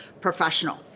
professional